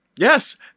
Yes